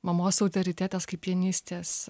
mamos autoritetas kaip pianistės